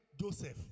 Joseph